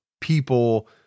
people